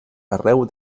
arreu